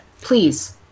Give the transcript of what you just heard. Please